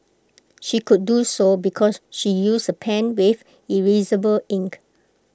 she could do so because she used A pen with erasable ink